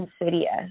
insidious